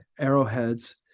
arrowheads